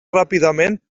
ràpidament